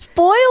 Spoil